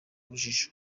urujijo